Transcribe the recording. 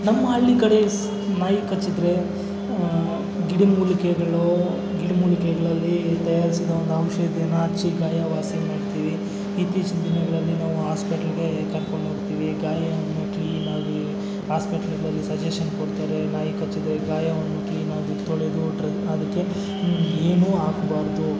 ನಮ್ಮ ಹಳ್ಳಿ ಕಡೆ ನಾಯಿ ಕಚ್ಚಿದ್ದರೆ ಗಿಡಮೂಲಿಕೆಗಳು ಗಿಡಮೂಲಿಕೆಗಳಲ್ಲಿ ತಯಾರಿಸಿರೋ ಒಂದೌಷಧಿಯನ್ನು ಹಚ್ಚಿ ಗಾಯ ವಾಸಿ ಮಾಡ್ತೀವಿ ಇತ್ತೀಚಿನ ದಿನಗಳಲ್ಲಿ ನಾವು ಆಸ್ಪಿಟ್ಲಿಗೆ ಕರ್ಕೊಂಡು ಹೋಗ್ತೀವಿ ಗಾಯವನ್ನು ಕ್ಲೀನಾಗಿ ಆಸ್ಪಿಟ್ಲ್ಗಳಲ್ಲಿ ಸಜೆಷನ್ ಕೊಡ್ತಾರೆ ನಾಯಿ ಕಚ್ಚಿದರೆ ಗಾಯವನ್ನು ಕ್ಲೀನಾಗಿ ಇಟ್ಕೊಳ್ಳೋದು ಬಿಟ್ಟರೆ ಅದಕ್ಕೆ ಏನು ಹಾಕಬಾರ್ದು